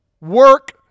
Work